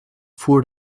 voer